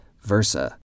versa